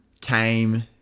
came